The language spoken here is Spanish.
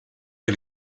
que